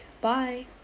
bye